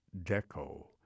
Deco